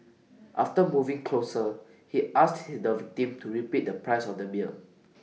after moving closer he asked hit the victim to repeat the price of the beer